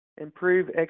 improve